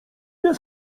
nie